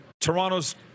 Toronto's